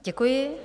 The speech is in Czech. Děkuji.